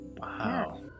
Wow